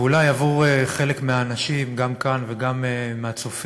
ואולי עבור חלק מהאנשים, גם כאן וגם מהצופים,